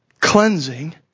cleansing